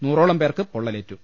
നൂറോളം പേർക്ക് പൊള്ളലേറ്റു